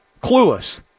clueless